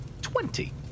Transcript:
twenty